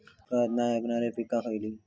दुष्काळाक नाय ऐकणार्यो पीका खयली?